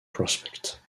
prospect